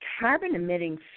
carbon-emitting